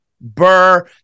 Burr